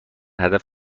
هدف